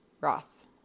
Ross